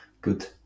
good